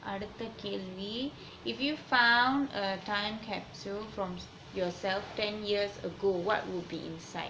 அடுத்த கேள்வி:adutha kelvi if you found a time capsule from yourself ten years ago what would be inside